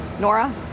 Nora